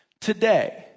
today